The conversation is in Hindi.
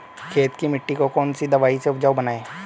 खेत की मिटी को कौन सी दवाई से उपजाऊ बनायें?